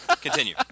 Continue